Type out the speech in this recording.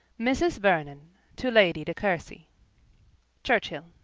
mrs. vernon to lady de courcy churchhill